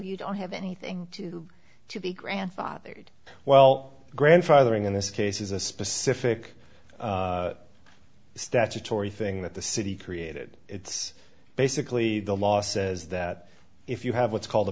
you don't have anything to do to be grandfathered well grandfathering in this case is a specific statutory thing that the city created it's basically the law says that if you have what's called